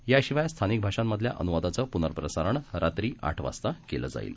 याशिवायस्थानिकभाषांमधल्याअनुवादाचंपुनःप्रसारणरात्रीआठवाजताकेलंजाईल